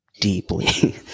deeply